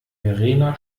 verena